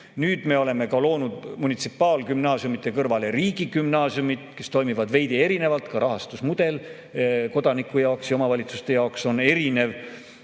Nüüd me oleme loonud munitsipaalgümnaasiumide kõrvale riigigümnaasiumid, mis toimivad veidi erinevalt, ka rahastusmudel on kodaniku ja omavalitsuste jaoks erinev.